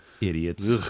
Idiots